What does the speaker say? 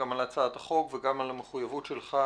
גם על הצעת החוק וגם על המחויבות שלך